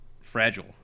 fragile